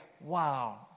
wow